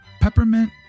peppermint